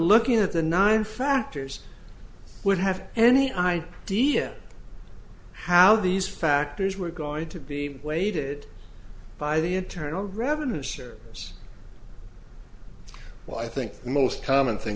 looking at the nine factors would have any idea how these factors were going to be weighted by the internal revenue service well i think the most common thing